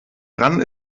dran